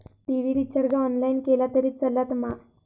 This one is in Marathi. टी.वि रिचार्ज ऑनलाइन केला तरी चलात मा?